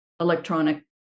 electronic